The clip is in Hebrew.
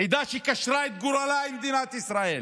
עדה שקשרה את גורלה עם מדינת ישראל.